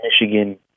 Michigan